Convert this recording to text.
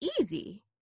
easy